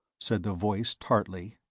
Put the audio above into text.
said the voice tartly,